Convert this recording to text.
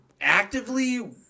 actively